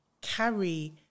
carry